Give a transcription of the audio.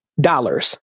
dollars